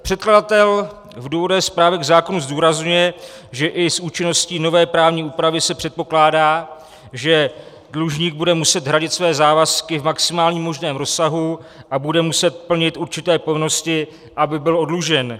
Předkladatel v důvodové zprávě k zákonu zdůrazňuje, že i s účinností nové právní úpravy se předpokládá, že dlužník bude muset hradit své závazky v maximálním možném rozsahu a bude muset plnit určité povinnosti, aby byl oddlužen.